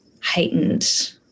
heightened